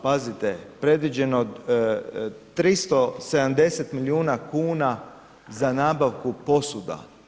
Pazite, predviđeno 370 milijuna kuna za nabavku posuda.